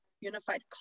unified